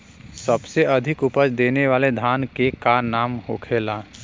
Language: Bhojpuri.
सबसे अधिक उपज देवे वाला धान के का नाम होखे ला?